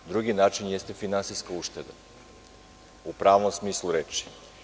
Drugi način je finansijska ušteda, u pravom smislu reči.